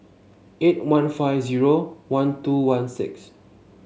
eight one five zero one two one six